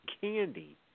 candy